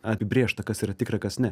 apibrėžta kas yra tikra kas ne